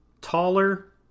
taller